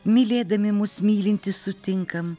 mylėdami mus mylintį sutinkam